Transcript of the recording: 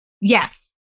Yes